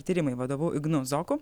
tyrimai vadovu ignu zoku